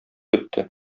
үтте